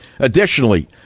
Additionally